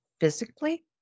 physically